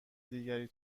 دیگری